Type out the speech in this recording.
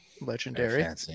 Legendary